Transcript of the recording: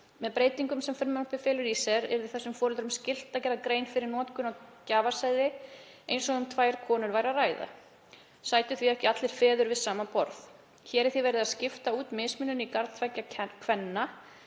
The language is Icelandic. Með breytingunum sem frumvarpið felur í sér yrði þessum foreldrum skylt að gera grein fyrir notkun á gjafasæði eins og um tvær konur væri að ræða. Sætu því ekki allir feður við sama borð. Hér er því verið að skipta út mismunun í garð tveggja kvenna